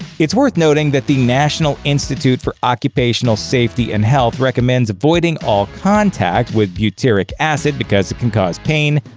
it's worth noting that the national institute for occupational safety and health recommends avoiding all contact with butyric acid because it can cause pain,